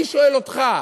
אני שואל אותך.